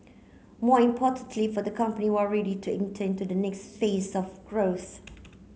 more importantly for the company we are ready to enter into the next phase of growth